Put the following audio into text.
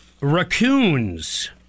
raccoons